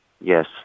Yes